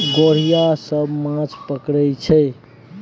गोढ़िया सब माछ पकरई छै